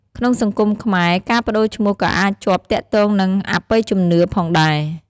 ក្នុងសង្គមខ្មែរ ការប្ដូរឈ្មោះក៏អាចជាប់ទាក់ទងនឹង អបិយជំនឿ ផងដែរ។